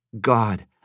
God